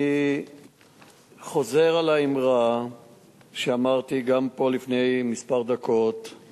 אני חוזר על האמרה שאמרתי גם פה לפני דקות מספר,